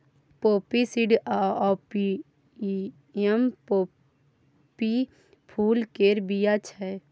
poppy seed opium poppy फुल केर बीया छै